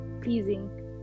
pleasing